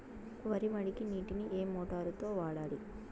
వరి మడికి నీటిని ఏ మోటారు తో వాడాలి?